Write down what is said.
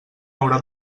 haurà